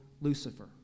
Lucifer